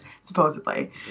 supposedly